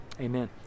Amen